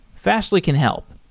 fastly can help.